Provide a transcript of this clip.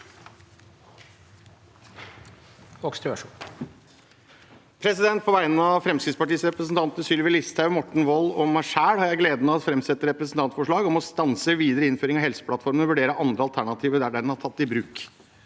På vegne av Frem- skrittspartiets representanter Sylvi Listhaug, Morten Wold og meg selv har jeg gleden av å framsette et representantforslag om å stanse videre innføring av Helse plattformen og vurdere andre alternativer der den er tatt i bruk.